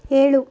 ಹೇಳು